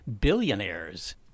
Billionaires